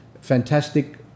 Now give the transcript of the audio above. fantastic